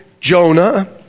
Jonah